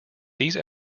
these